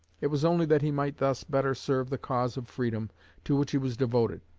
it was only that he might thus better serve the cause of freedom to which he was devoted.